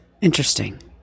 Interesting